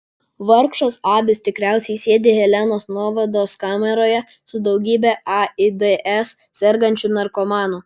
vargšas abis tikriausiai sėdi helenos nuovados kameroje su daugybe aids sergančių narkomanų